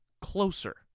closer